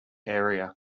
area